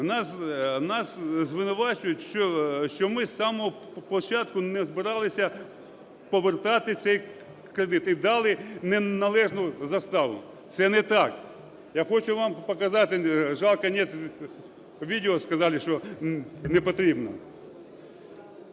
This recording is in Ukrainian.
Нас звинувачують, що ми з самого початку не збиралися повертати цей кредит і дали неналежну заставу. Це не так. Я хочу вам показати, жалко, нет видео, сказали, что не потрібно.